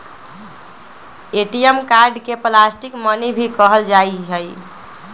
ATM card के plastic money भी कहल जाहई